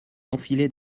enfilez